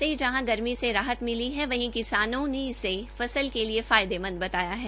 बारिश से जहां गर्मी से राहत मिली है वहीं किसानों ने इसे फसल के लिये फायदेमंद बताया है